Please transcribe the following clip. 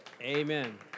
Amen